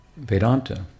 Vedanta